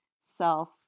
self